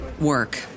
work